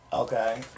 Okay